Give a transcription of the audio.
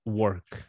work